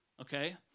okay